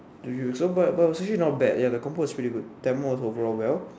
do you so but but was actually not bad the compo was actually not bad Tamil also